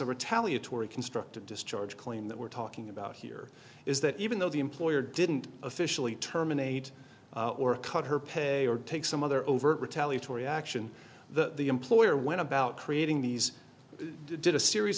a retaliatory constructive discharge claim that we're talking about here is that even though the employer didn't officially terminate or cut her pay or take some other overt retaliatory action the employer went about creating these did a series